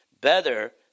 better